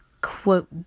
quote